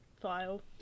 file